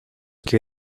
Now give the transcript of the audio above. que